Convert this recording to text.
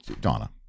Donna